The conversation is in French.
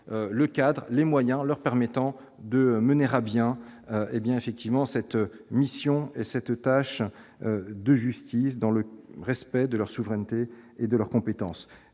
le cadre les moyens leur permettant de mener à bien, hé bien effectivement cette mission et cette tâche de justice dans le respect de leur souveraineté et de leur compétence